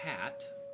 hat